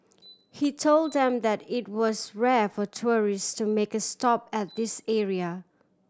he told them that it was rare for tourist to make a stop at this area